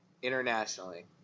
internationally